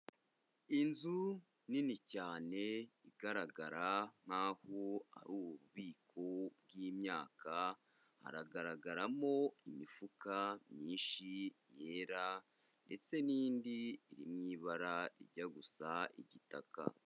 Inzu nini cyane igaragara nkaho ari ububiko bw'imyaka, haragaragaramo imifuka myinshi yera ndetse n'indi iri mu ibara rijya gusa igitaka.